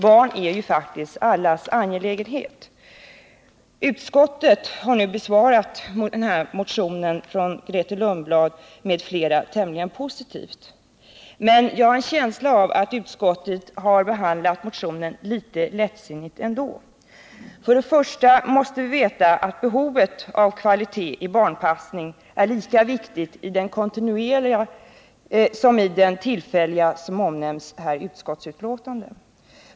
Barn är ju faktiskt allas angelägenhet. Utskottet har nu besvarat den här motionen från Grethe Lundblad m.fl. tämligen positivt. Men jag har en känsla av att utskottet trots allt har behandlat den litet lättsinnigt. För det första måste vi veta att behovet av kvalitet på barnpassning är lika viktigt i den kontinuerliga som i den tillfälliga barntillsynen.